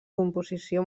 composició